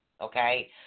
Okay